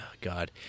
God